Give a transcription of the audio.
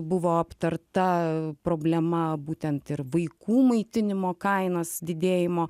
buvo aptarta problema būtent ir vaikų maitinimo kainos didėjimo